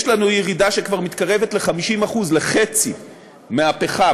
יש לנו ירידה שכבר מתקרבת ל-50%, לחצי מהפחם.